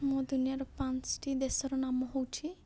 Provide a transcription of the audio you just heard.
ମୋ ଦୁନିଆର ପାଞ୍ଚଟି ଦେଶର ନାମ ହେଉଛି